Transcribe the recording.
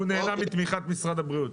הוא נהנה תמיכת משרד הבריאות.